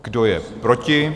Kdo je proti?